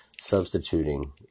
substituting